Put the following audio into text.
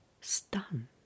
stunned